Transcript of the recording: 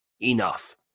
enough